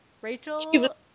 Rachel